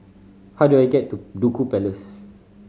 how do I get to Duku Place